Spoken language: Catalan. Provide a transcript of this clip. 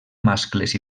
mascles